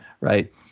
right